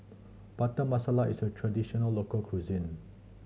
Butter Masala is a traditional local cuisine